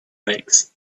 lakes